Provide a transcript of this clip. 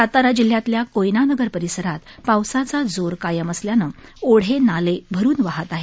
सातारा जिल्ह्यातल्या कोयनानगर परिसरात पावसाचा जोर कायम असल्यानं ओढे नाले भरुन वाहत आहेत